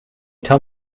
tell